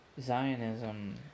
Zionism